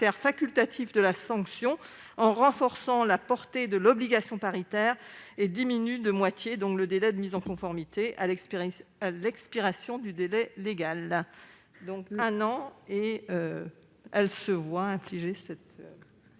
facultatif de la sanction en renforçant la portée de l'obligation paritaire et en diminuant de moitié le délai de mise en conformité à l'expiration du délai légal. Quel est l'avis de